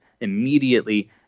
immediately